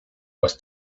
was